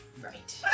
Right